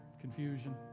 confusion